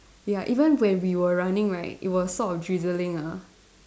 ya even when we were running right it was sort of drizzling ah